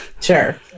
Sure